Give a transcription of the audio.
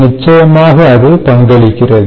நிச்சயமாக அது பங்களிக்கிறது